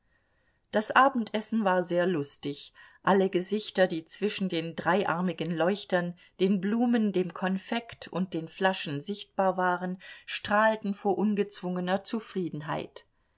das abendessen war sehr lustig alle gesichter die zwischen den dreiarmigen leuchtern den blumen dem konfekt und den flaschen sichtbar waren strahlten vor ungezwungenster zufriedenheit